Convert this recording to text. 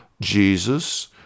Jesus